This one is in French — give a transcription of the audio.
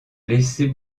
laisser